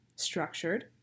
structured